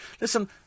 Listen